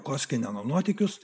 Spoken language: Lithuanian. koskineno nuotykius